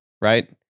right